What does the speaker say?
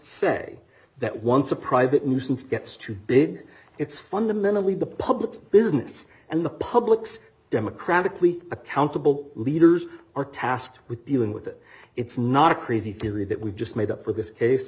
say that once a private nuisance gets to bid it's fundamentally the public's business and the public's democratically accountable leaders are tasked with dealing with it it's not a crazy theory that we just made up for this case